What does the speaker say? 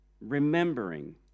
Remembering